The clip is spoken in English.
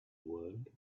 world